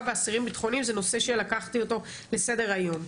ואסירים ביטחוניים זה נושא שלקחתי אותו לסדר היום.